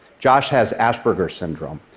josh has asperger's syndrome.